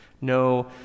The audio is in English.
no